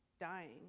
Dying